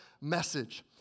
message